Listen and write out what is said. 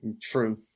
True